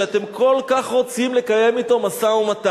שאתם כל כך רוצים לקיים אתו משא-ומתן,